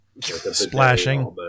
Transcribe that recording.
splashing